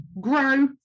grow